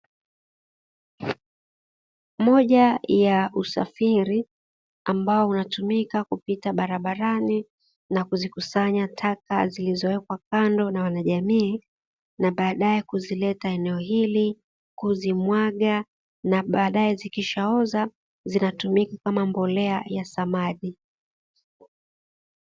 Moja ya usafiri ambao unatumika kupita barabarani na kuzikusanya taka zilizowekwa kando na wanajamii na baadae kuzileta katika eneo hili kuzimwaga na baadae zikishaoza zinatumika kama mbolea ya samadi.